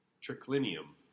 triclinium